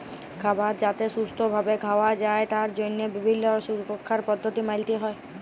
খাবার যাতে সুস্থ ভাবে খাওয়া যায় তার জন্হে বিভিল্য সুরক্ষার পদ্ধতি মালতে হ্যয়